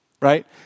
right